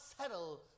settle